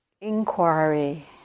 inquiry